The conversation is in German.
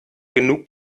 genug